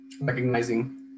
recognizing